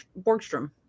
borgstrom